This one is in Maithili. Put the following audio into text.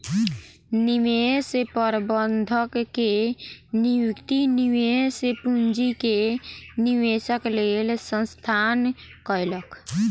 निवेश प्रबंधक के नियुक्ति निवेश पूंजी के निवेशक लेल संस्थान कयलक